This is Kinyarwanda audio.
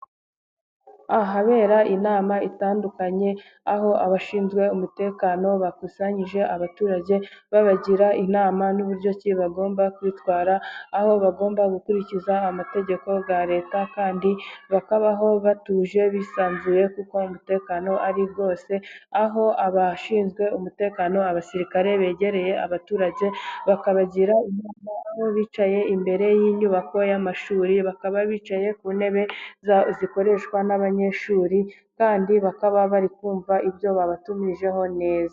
Ahabera inama itandukanye, aho abashinzwe umutekano bakusanyije abaturage babagira inama n'uburyo ki bagomba kwitwara, aho bagomba gukurikiza amategeko ya leta kandi bakabaho batuje bisanzuye, kuko umutekano ari wose, aho abashinzwe umutekano (abasirikare) begereye abaturage bakabagira inama, aho bicaye imbere y'inyubako y'amashuri bakaba bicaye ku ntebe zikoreshwa n'abanyeshuri, kandi bakaba bari kumva ibyo babatumirijeho neza.